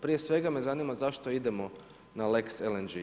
Prije svega me zanima zašto idemo na lex LNG.